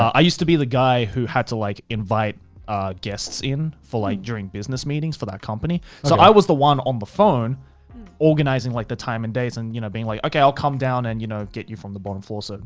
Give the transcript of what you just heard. i used to be the guy who had to like invite guests in for like during business meetings for that company. so i was the one on the phone organizing like the time and days and you know, being like, okay, i'll come down and, you know, get you from the bottom floor. so,